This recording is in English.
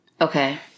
Okay